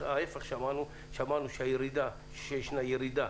ההפך, שמענו שישנה ירידה